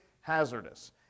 hazardous